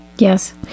Yes